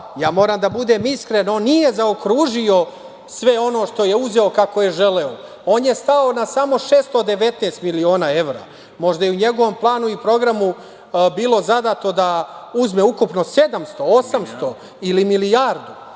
Moram da budem iskren, on nije zaokružio sve ono što je uzeo kako je želeo. On je stao na samo 619 miliona evra. Možda je u njegovom planu i programu bilo zadato da uzme ukupno 700, 800 ili milijardu. Tako